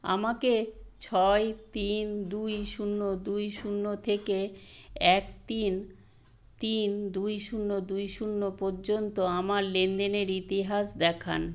আমাকে ছয় তিন দুই শূন্য দুই শূন্য থেকে এক তিন তিন দুই শূন্য দুই শূন্য পর্যন্ত আমার লেনদেনের ইতিহাস দেখান